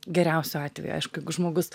geriausiu atveju aišku jeigu žmogus